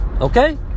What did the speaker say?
Okay